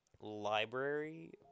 library